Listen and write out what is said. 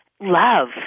love